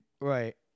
Right